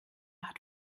hat